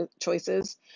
choices